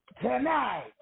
Tonight